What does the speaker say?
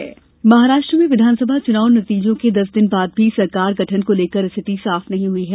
महाराष्टू सरकार महाराष्ट्र में विधानसभा चुनाव नतीजों के दस दिन बाद भी सरकार गठन को लेकर स्थिति साफ नहीं हुई है